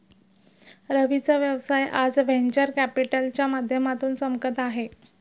रवीचा व्यवसाय आज व्हेंचर कॅपिटलच्या माध्यमातून चमकत आहे